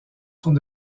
sont